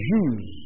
Jews